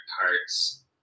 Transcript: parts